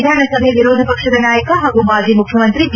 ವಿಧಾನಸಭೆ ವಿರೋಧ ಪಕ್ಷದ ನಾಯಕ ಹಾಗೂ ಮಾಜಿ ಮುಖ್ರಮಂತ್ರಿ ಬಿ